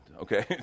okay